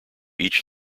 each